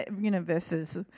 universes